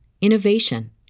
innovation